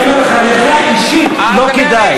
אני אומר לך: לך אישית לא כדאי.